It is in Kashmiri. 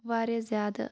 واریاہ زیادٕ